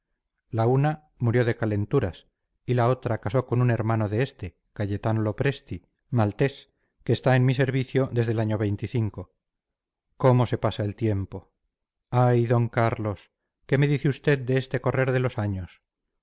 la una murió de calenturas y la otra casó con un hermano de este cayetano lopresti maltés que está en mi servicio desde el año cómo se pasa el tiempo ay d carlos qué me dice usted de este correr de los años